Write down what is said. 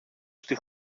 στη